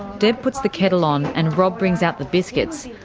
deb puts the kettle on, and rob brings out the biscuits,